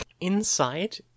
Inside